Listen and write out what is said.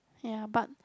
ya but